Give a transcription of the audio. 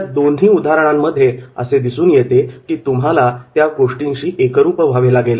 या दोन्ही उदाहरणांमध्ये असे दिसून येते की तुम्हाला या गोष्टींशी एकरूप व्हावे लागेल